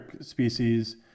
species